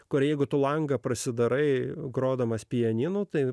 kur jeigu tu langą prasidarai grodamas pianinu tai